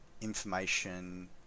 information